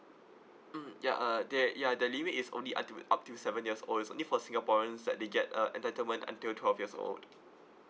mm ya uh that ya the limit is only until up to seven years old it's only for singaporeans that they get a entitlement until twelve years old